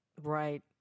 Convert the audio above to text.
right